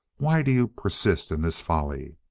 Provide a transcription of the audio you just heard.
why do you persist in this folly?